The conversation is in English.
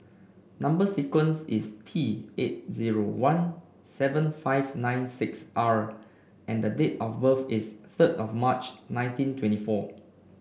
number sequence is T eight zero one seven five nine six R and date of birth is third of March nineteen twenty four